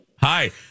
Hi